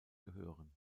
gehören